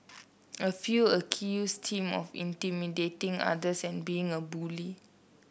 a few accused him of intimidating others and being a bully